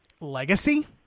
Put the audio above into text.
Legacy